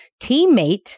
teammate